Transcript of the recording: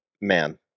man